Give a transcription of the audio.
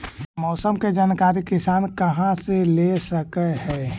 मौसम के जानकारी किसान कहा से ले सकै है?